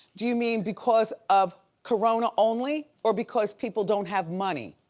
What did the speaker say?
do you mean because of corona only or because people don't have money?